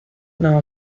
now